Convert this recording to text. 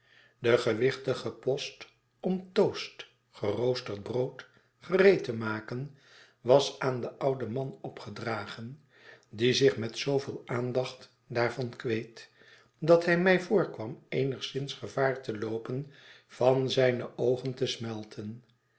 de gewichtige post om toast geroosterd brood gereed te maken was aan den ouden man opgedragen die zich met zooveel aandacht daarvan kweet dat hij mij voorkwam eenigszins gevaar te loopen van zijne oogen te smeiten